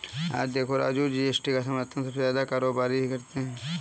आज देखो राजू जी.एस.टी का समर्थन सबसे ज्यादा कारोबारी ही करते हैं